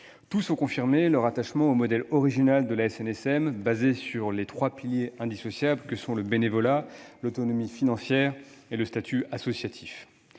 tous ont confirmé leur attachement au modèle original de la SNSM, reposant sur ces trois piliers indissociables que sont le bénévolat, l'autonomie financière et le statut associatif.